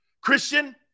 Christian